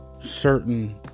certain